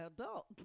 adult